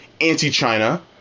anti-China